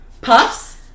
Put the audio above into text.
Puffs